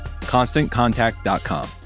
Constantcontact.com